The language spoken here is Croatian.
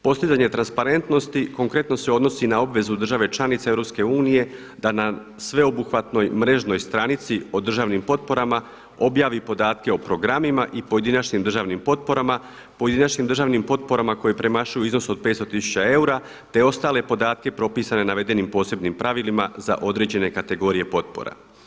Postizanje transparentnosti konkretno se odnosi na obvezu države članice EU da na sveobuhvatnoj mrežnoj stranici o državnim potporama objavi podatke o programima i pojedinačnim državnim potporama, pojedinačnim državnim potporama koje premašuju iznos od 500 tisuća eura, te ostale podatke propisane navedenim posebnim pravilima za određene kategorije potpora.